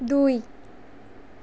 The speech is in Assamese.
দুই